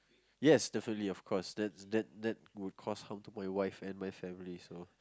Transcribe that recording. yes definitely of course that that that would cause harm to my wife and my family so